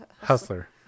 Hustler